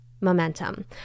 momentum